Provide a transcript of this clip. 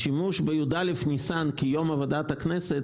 השימוש ב-י"א ניסן כיום עבודת הכנסת,